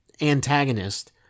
antagonist